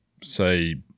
say